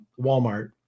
Walmart